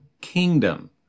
kingdom